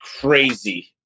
crazy